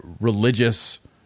religious